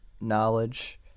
knowledge